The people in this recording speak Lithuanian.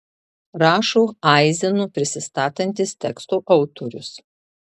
rašo aizenu prisistatantis teksto autorius